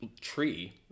tree